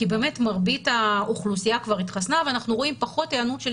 כי באמת מרבית האוכלוסייה כבר התחסנה ואנחנו רואים פחות היענות של